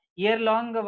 year-long